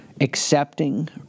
accepting